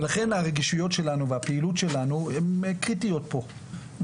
ולכן הרגישויות שלנו והפעילות שלנו הן קריטיות פה.